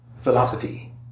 philosophy